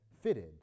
fitted